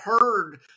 heard